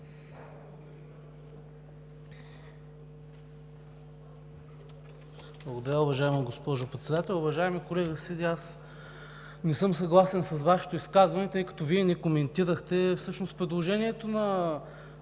Благодаря, уважаема госпожо Председател. Уважаеми колега Сиди, аз не съм съгласен с изказването Ви, тъй като не коментирахте всъщност предложението от